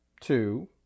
two